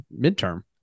midterm